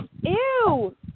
Ew